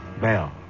Bell